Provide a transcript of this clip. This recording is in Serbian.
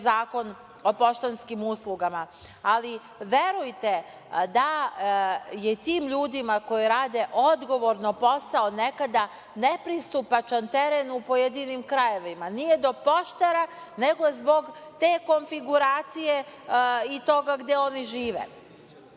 Zakon o poštanskim uslugama. Ali, verujte, da je tim ljudima koji rade odgovorno posao nekada nepristupačan teren u pojedinim krajevima, nije do poštara nego zbog te konfiguracije i toga gde oni žive,